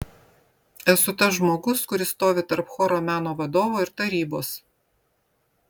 esu tas žmogus kuris stovi tarp choro meno vadovo ir tarybos